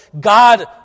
God